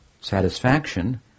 satisfaction